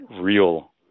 real